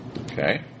Okay